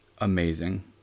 Amazing